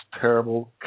terrible